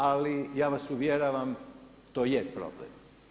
Ali ja vas uvjeravam to je problem.